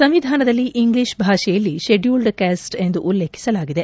ಸಂವಿಧಾನದಲ್ಲಿ ಇಂಗ್ಲೀಷ್ ಭಾಷೆಯಲ್ಲಿ scheduled caste ಎಂದು ಉಲ್ಲೇಖಿಸಲಾಗಿದೆ